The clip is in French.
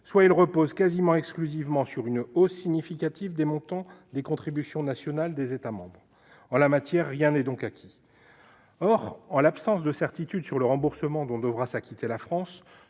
soit il repose quasiment exclusivement sur une hausse significative des montants des contributions nationales des États membres. En la matière, rien n'est donc acquis. Or, en l'absence de certitude sur le remboursement dont devra s'acquitter la France,